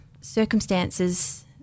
circumstances